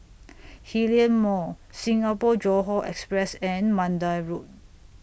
Hillion Mall Singapore Johore Express and Mandai Road